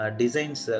designs